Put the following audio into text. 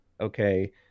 okay